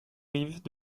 rives